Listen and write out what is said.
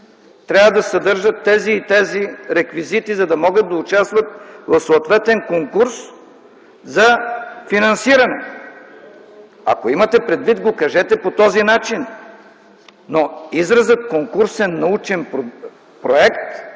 трябва да съдържат тези и тези реквизити, за да могат да участват в съответен конкурс за финансиране? Ако имате предвид това, го кажете по този начин! Но изразът „конкурсен научен проект”